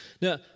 Now